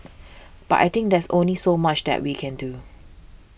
but I think there's only so much that we can do